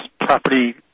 property